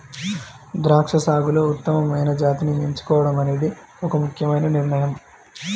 ద్రాక్ష సాగులో ఉత్తమమైన జాతిని ఎంచుకోవడం అనేది ఒక ముఖ్యమైన నిర్ణయం